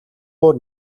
бүр